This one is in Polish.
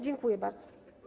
Dziękuję bardzo.